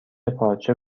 پارچه